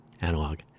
analog